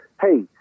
hey